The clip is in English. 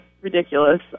ridiculous